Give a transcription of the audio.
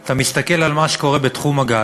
אתה מסתכל על מה שקורה בתחום הגז,